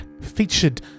featured